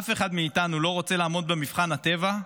אף אחד מאיתנו לא רוצה לעמוד במבחן הטבע,